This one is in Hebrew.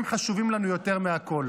הם חשובים לנו יותר מהכול.